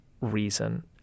reason